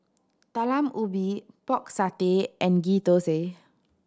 Talam Ubi Pork Satay and Ghee Thosai